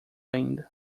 ainda